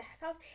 house